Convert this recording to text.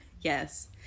Yes